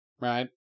right